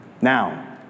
Now